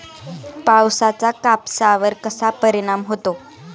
पावसाचा कापसावर कसा परिणाम होतो?